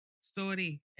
story